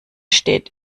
steht